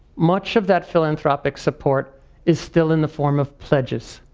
much of that philanthropic support is still in the form of pledges.